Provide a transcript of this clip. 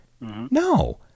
No